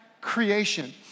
creation